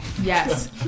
Yes